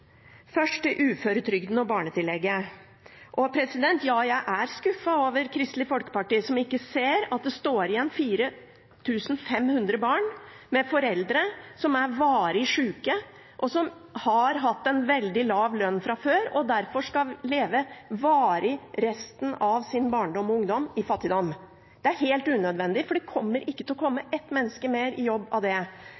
Først til uføretrygden og barnetillegget: Ja, jeg er skuffet over Kristelig Folkeparti, som ikke ser at det står igjen 4 500 barn med foreldre som er varig syke, og som har hatt en veldig lav lønn fra før og derfor skal leve – varig – resten av sin barndom og ungdom i fattigdom. Det er helt unødvendig, for det vil ikke komme ett menneske til